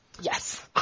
Yes